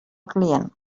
client